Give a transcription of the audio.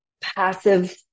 passive